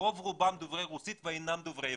רוב רובם דוברי רוסית ואינם דוברי עברית,